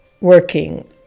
working